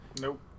Nope